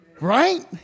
Right